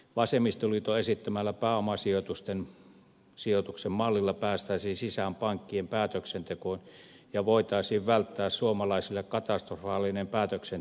vasemmistoliiton esittämällä pääomasijoituksen mallilla päästäisiin sisään pankkien päätöksentekoon ja voitaisiin välttää suomalaisille katastrofaalisen päätöksen tekeminen